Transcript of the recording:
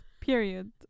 Period